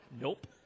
Nope